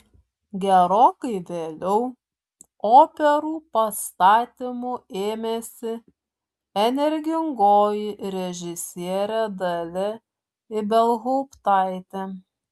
gerokai vėliau operų pastatymų ėmėsi energingoji režisierė dalia ibelhauptaitė